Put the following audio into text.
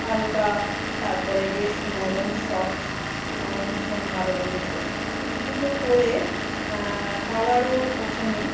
হালকা তারপরে বেশ নরম সফ্ট আমার ভীষণ ভালো লেগেছে কুর্তি দুটো পরে কালারও ওঠে নি